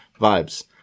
vibes